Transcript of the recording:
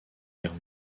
guerre